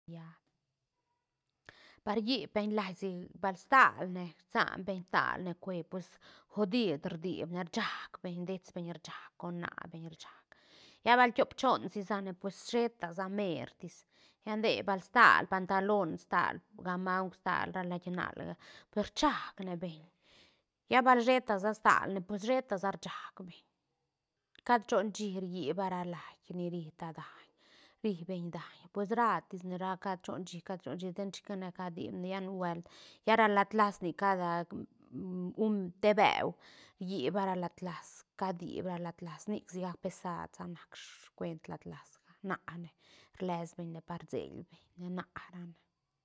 Ria par rlli beñ lait sig- bal stal ne rsan beñ stalne cue pues godiid rdiibne rchac beñ dets beñ rchac con na beñ rchac lla bal tiop chon sisane pues cheta sa mertis lla nde bal stal pantalon stal gamauk stal ra lait nal ga per rchac ne beñ lla bal sheta sa stalne pues sheta sa rchac beñ caat chon shí rlliba ra lait ni ri ta daiñ ri beñ daiñ pues ra tis ne ra caat chon shí caat chon shí ten chicane cadiip ne lla nubuelt lla ra latlas nic cada un te beu rlliba ra latlas cadiib ra latlas nic sigac pesat sa nac scuent latlas ga naä ne rles beñ par rsel beñ naä ra ne.